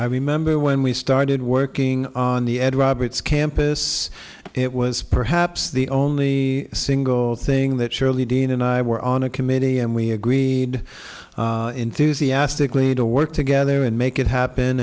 i remember when we started working on the ed roberts campus it was perhaps the only single thing that shirley dean and i were on a committee and we agreed enthusiastically to work together and make it happen